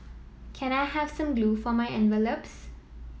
can I have some glue for my envelopes